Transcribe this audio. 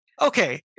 Okay